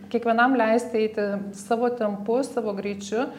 kiekvienam leisti eiti savo tempu savo greičiu